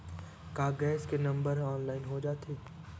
का गैस के नंबर ह ऑनलाइन हो जाथे?